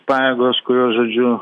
pajėgos kurios žodžiu